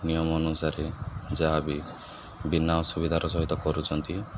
ନିୟମ ଅନୁସାରେ ଯାହାବି ବିନା ଅସୁବିଧାର ସହିତ କରୁଛନ୍ତି